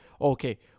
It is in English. okay